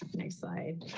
ah next slide.